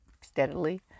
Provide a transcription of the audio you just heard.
steadily